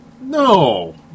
No